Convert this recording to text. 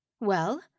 Well